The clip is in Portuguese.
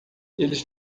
eles